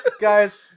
Guys